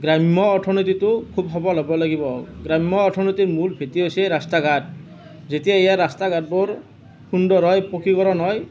গ্ৰাম্য অৰ্থনীতিটো খুব সবল হ'ব লাগিব গ্ৰাম্য অৰ্থনীতিৰ মূল ভেটি হৈছে ৰাস্তা ঘাট যেতিয়া ইয়াৰ ৰাস্তা ঘাটবোৰ সুন্দৰ হয় পকীকৰণ হয়